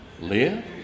live